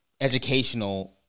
educational